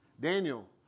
Daniel